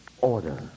Order